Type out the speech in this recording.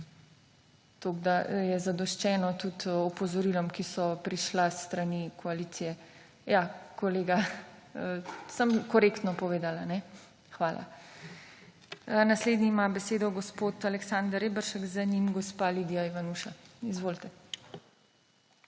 da je zadoščeno tudi opozorilom, ki so prišla s strani koalicije. Ja, kolega. Sem korektno povedala, ne? Hvala. Naslednji ima besedo gospod Aleksander Reberšek, za njim gospa Lidija Ivanuša. Izvolite.